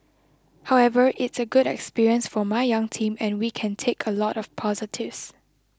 however it's a good experience for my young team and we can take a lot of positives